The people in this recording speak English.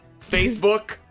Facebook